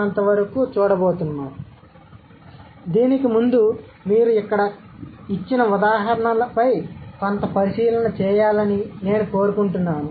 కాబట్టి దీనికి ముందు మీరు ఇక్కడ ఇచ్చిన ఉదాహరణలపై కొంత పరిశీలన చేయాలని నేను కోరుకుంటున్నాను